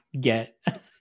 get